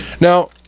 Now